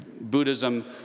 Buddhism